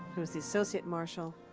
who is the associate marshal.